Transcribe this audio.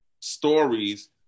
stories